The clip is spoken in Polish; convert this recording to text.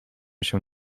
się